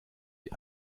die